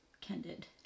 candid